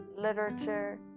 literature